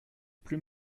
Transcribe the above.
plus